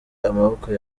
amaboko